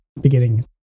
beginning